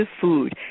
food